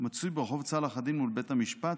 ומצוי ברחוב צלאח א-דין, מול בית המשפט.